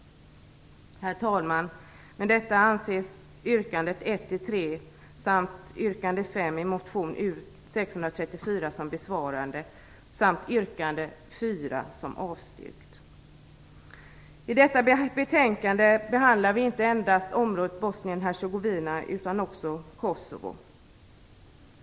Herr talman! Med detta anses yrkandena 1-3 samt yrkande 5 i motion U634 som besvarade samt yrkande 4 som avstyrkt. I detta betänkande behandlas inte endast området Bosnien-Hercegovina utan också Kosovo.